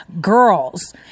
girls